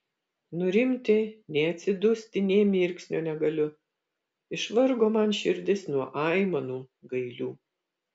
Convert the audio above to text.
nurimti nei atsidusti nė mirksnio negaliu išvargo man širdis nuo aimanų gailių